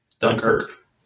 Dunkirk